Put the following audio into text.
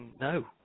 no